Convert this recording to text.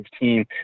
team